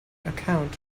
account